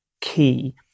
key